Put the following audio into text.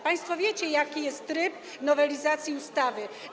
Państwo wiecie, jaki jest tryb nowelizacji ustawy.